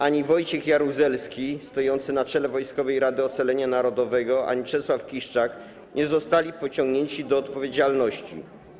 Ani Wojciech Jaruzelski, stojący na czele Wojskowej Rady Ocalenia Narodowego, ani Czesław Kiszczak nie zostali pociągnięci do odpowiedzialności.